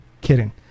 kidding